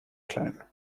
klein